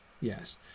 yes